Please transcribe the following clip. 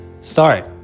start